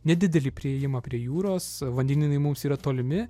nedidelį priėjimą prie jūros vandenynai mums yra tolimi